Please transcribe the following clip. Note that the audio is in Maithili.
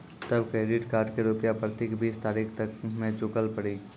तब क्रेडिट कार्ड के रूपिया प्रतीक बीस तारीख तक मे चुकल पड़ी?